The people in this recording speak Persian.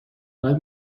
باید